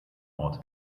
ort